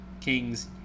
Kings